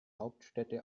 hauptstädte